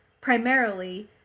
primarily